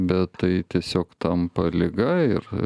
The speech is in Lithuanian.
bet tai tiesiog tampa liga ir